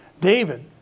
David